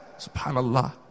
Subhanallah